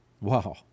Wow